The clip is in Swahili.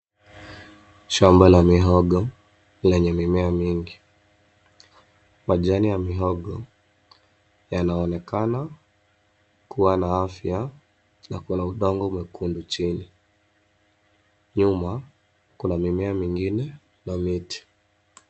Shamba la mihogo lenye mimea mingi majani ya mihogo yanaonekana kuwa na afya na kuna udongo mwekundu chini. Nyuma kuna mimiea mingine na miti.